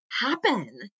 happen